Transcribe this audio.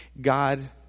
God